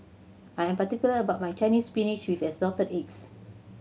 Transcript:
I'm particular about my Chinese Spinach with Assorted Eggs